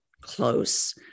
close